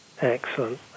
Excellent